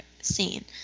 scene